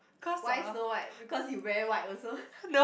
why snow-white because you wear white also